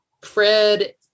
Fred